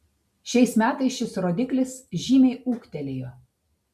šiais metais šis rodiklis žymiai ūgtelėjo